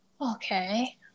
Okay